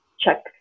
check